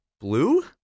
Blue